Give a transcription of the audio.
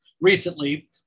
recently